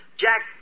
Jack